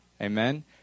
Amen